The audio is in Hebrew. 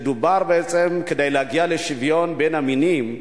ודובר שכדי להגיע לשוויון בין המינים,